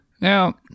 Now